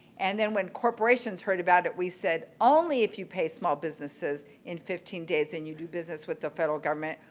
and then when corporations heard about it, we said, only if you pay small businesses in fifteen days and you do business with the federal government,